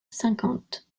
cinquante